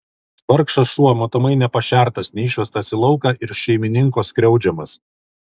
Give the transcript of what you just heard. vargšas šuo matomai nepašertas neišvestas į lauką ir šeimininko skriaudžiamas